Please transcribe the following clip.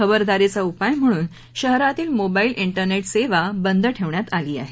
खबरदारीचा उपाय म्हणून शहरातली मोबाईल इंटरनेट सेवा बंद ठेवण्यात आली आहे